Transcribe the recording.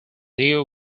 new